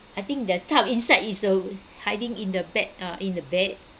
I think that type inside is uh hiding in the bed ah in the bed